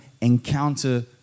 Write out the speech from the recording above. encounter